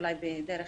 אולי דרך